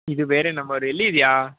ಇದು ಬೇರೆ ನಂಬರ್ ಎಲ್ಲಿದೀಯಾ